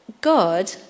God